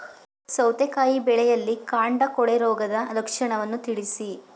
ಸೌತೆಕಾಯಿ ಬೆಳೆಯಲ್ಲಿ ಕಾಂಡ ಕೊಳೆ ರೋಗದ ಲಕ್ಷಣವನ್ನು ತಿಳಿಸಿ?